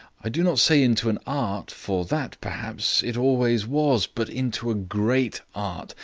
i do not say into an art for that, perhaps, it always was but into a great art,